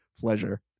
Pleasure